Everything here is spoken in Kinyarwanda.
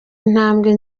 intambwe